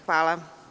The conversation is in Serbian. Hvala.